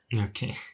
okay